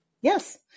Yes